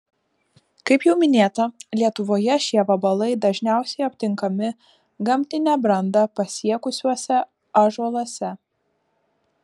kaip jau minėta lietuvoje šie vabalai dažniausiai aptinkami gamtinę brandą pasiekusiuose ąžuoluose